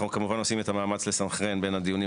אנחנו כמובן עושים את המאמץ לסנכרן בין הדיונים,